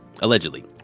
Allegedly